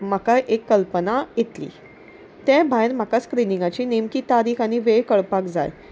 म्हाका एक कल्पना येतली तें भायर म्हाका स्क्रिनिंगाची नेमकी तारीख आनी वेळ कळपाक जाय